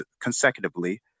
consecutively